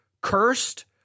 cursed